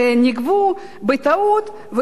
שנגבו בטעות,